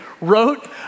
wrote